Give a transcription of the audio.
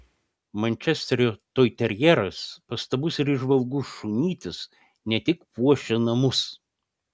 mančesterio toiterjeras pastabus ir įžvalgus šunytis ne tik puošia namus